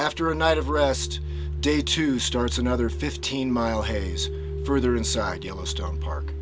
after a night of rest day two starts another fifteen mile days further inside yellowstone park